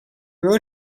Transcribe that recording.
wrote